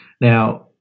Now